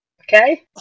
Okay